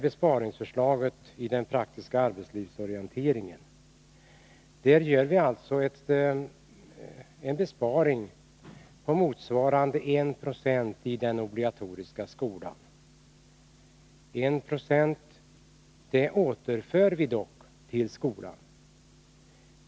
Beträffande den praktiska arbetslivsorienteringen gör vi en besparing motsvarande 1 90 i den obligatoriska skolan. Det återför vi dock till skolan.